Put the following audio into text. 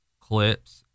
clips